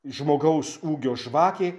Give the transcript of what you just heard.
žmogaus ūgio žvakė